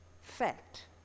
Fact